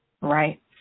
Right